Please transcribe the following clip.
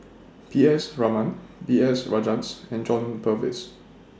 P S Raman B S Rajhans and John Purvis